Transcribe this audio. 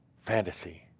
Fantasy